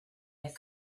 that